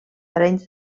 arenys